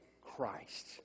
Christ